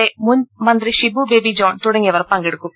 A മുൻ മന്ത്രി ഷിബു ബേബി ജോൺ തുടങ്ങിയവർ പങ്കെടുക്കും